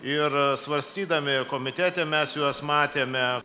ir svarstydami komitete mes juos matėme